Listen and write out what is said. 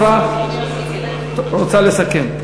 השרה רוצה לסכם.